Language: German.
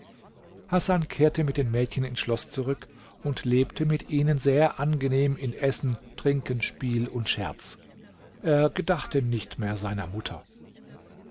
hasan kehrte mit den mädchen ins schloß zurück und lebte mit ihnen sehr angenehm in essen trinken spiel und scherz er gedachte nicht mehr seiner mutter